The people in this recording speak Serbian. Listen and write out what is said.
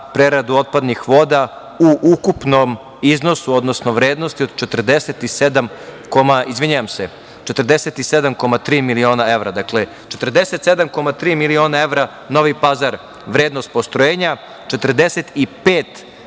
preradu otpadnih voda u ukupnom iznosu, odnosno vrednosti od 47,3 miliona evra. Dakle, 47,3 miliona evra Novi Pazar, vrednost postrojenja, 45 miliona evra